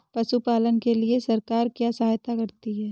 पशु पालन के लिए सरकार क्या सहायता करती है?